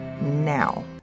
now